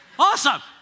Awesome